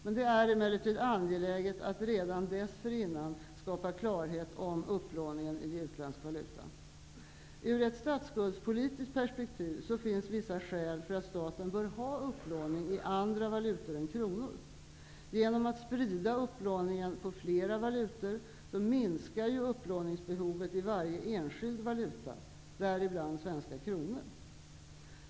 Det är emellertid angeläget att redan dessförinnan skapa klarhet om upplåningen i utländsk valuta. Ur ett statsskuldspolitiskt perspektiv finns vissa skäl för att staten bör ha upplåning i andra valutor än kronor. Genom att sprida upplåningen på flera valutor minskar upplåningsbehovet i varje enskild valuta, däribland svenska kronor.